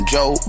Joe